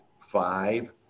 five